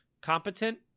competent